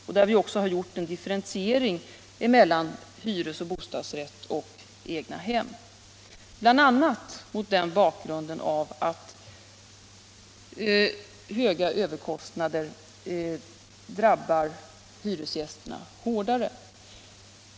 Regeringen gjorde ju en differentiering mellan hyresoch bostadsrätt samt egnahem, bl.a. mot den bakgrunden att höga överkostnader drabbar hyresgästerna hårdare.